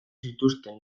zituzten